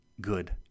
good